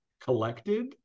collected